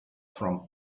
from